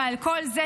ועל כל זה,